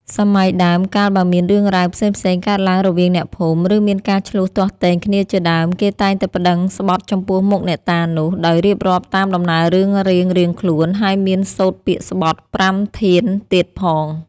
សម័យដើម កាលបើមានរឿងរ៉ាវផ្សេងៗ កើតឡើងរវាងអ្នកភូមិ ឬមានការឈ្លោះទាស់ទែងគ្នាជាដើម គេតែងទៅប្តឹងស្បថចំពោះមុខអ្នកតានោះ ដោយរៀបរាប់តាមដំណើររឿងរៀងៗខ្លួន ហើយមានសូត្រពាក្យស្បថ ប្រាំធានទៀតផង។